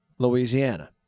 Louisiana